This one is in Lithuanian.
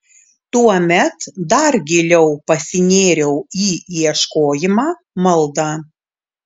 tuomet dar giliau pasinėriau į ieškojimą maldą